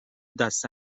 دست